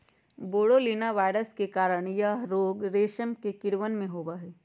बोरोलीना virus के कारण यह रोग रेशम के कीड़वन में होबा हई